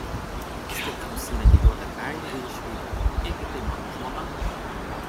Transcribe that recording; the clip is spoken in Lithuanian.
staiga nusimetė juodą kailį ir išvydau ėgi tai mano žmona